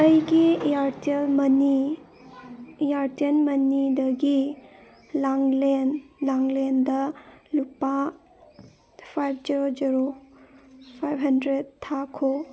ꯑꯩꯒꯤ ꯏꯌꯥꯔꯇꯦꯜ ꯃꯅꯤ ꯏꯌꯥꯔꯇꯦꯜ ꯃꯅꯤꯗꯒꯤ ꯂꯥꯡꯂꯦꯟ ꯂꯥꯡꯂꯦꯟꯗ ꯂꯨꯄꯥ five zero zero five hundred ꯊꯥꯈꯣ